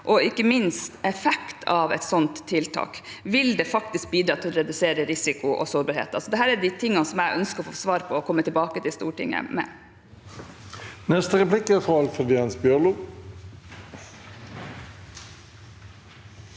og ikke minst effekten av et slikt tiltak. Vil det faktisk bidra til å redusere risiko og sårbarheter? Dette er de tingene som jeg ønsker å få svar på og komme tilbake til Stortinget med.